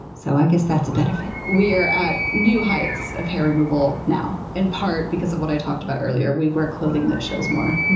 so, i guess that's a benefit. we're at new heights of hair removal now. in part because of what i talked about earlier. we wear clothing that shows more.